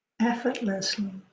effortlessly